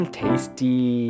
tasty